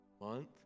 Month